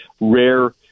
rare